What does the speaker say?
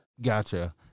Gotcha